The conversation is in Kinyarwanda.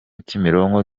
kimironko